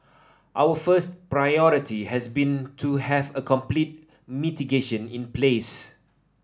our first priority has been to have a complete mitigation in place